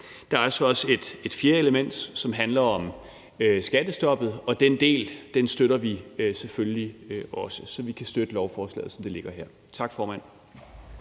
Der er så også et fjerde element, som handler om skattestoppet, og den del støtter vi selvfølgelig også. Så vi kan støtte lovforslaget, som det ligger her. Tak, formand.